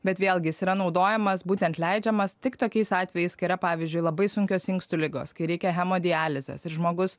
bet vėlgi jis yra naudojamas būtent leidžiamas tik tokiais atvejais kai yra pavyzdžiui labai sunkios inkstų ligos kai reikia hemodializės ir žmogus